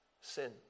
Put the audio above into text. sin